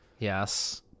Yes